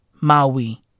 Maui